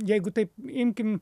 jeigu taip imkim